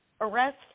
arrest